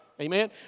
Amen